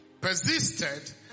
persisted